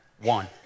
One